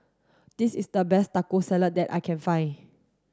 this is the best Taco Salad that I can find